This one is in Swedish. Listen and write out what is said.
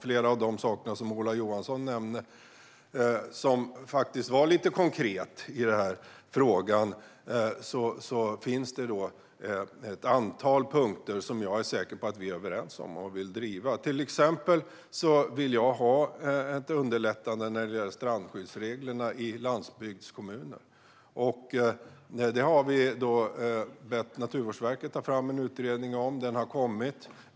Flera av de konkreta saker som Ola Johansson nämnde finns med, och det finns ett antal punkter där vi är överens. Till exempel vill jag lätta på strandskyddsreglerna i landsbygdskommuner. Regeringen har bett Naturvårdsverket att ta fram en utredning, och den har kommit.